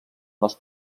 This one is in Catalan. dels